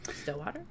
Stillwater